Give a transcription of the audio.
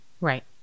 Right